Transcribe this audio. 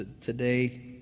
today